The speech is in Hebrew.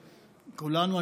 כולנו,